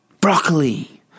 broccoli